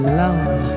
love